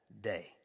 day